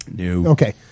Okay